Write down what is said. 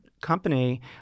company